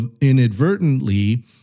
inadvertently